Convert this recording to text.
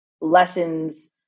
lessons